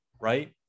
right